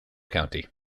county